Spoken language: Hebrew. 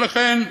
ולכן אני,